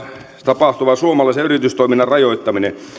tapahtuva suomalaisen yritystoiminnan rajoittaminen